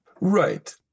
Right